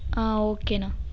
ஆ ஓகேண்ணா